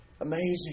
amazing